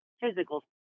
physical